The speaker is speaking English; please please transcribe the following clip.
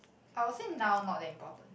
I will say now not that important